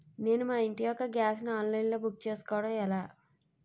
నేను మా ఇంటి యెక్క గ్యాస్ ను ఆన్లైన్ లో బుక్ చేసుకోవడం ఎలా?